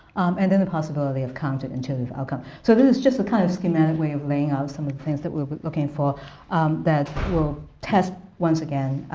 and then the possibility of counterintuitive outcome. so this just a kind of schematic way of laying out some of the things that we're looking for that we'll test once again